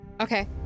okay